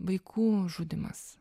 vaikų žudymas